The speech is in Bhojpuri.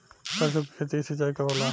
सरसों की खेती के सिंचाई कब होला?